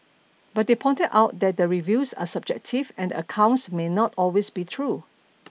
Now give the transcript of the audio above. but they pointed out that the reviews are subjective and the accounts may not always be true